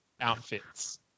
outfits